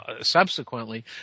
subsequently